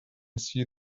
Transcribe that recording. see